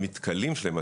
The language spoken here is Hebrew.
המתכלים שלהם,